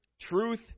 truth